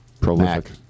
Prolific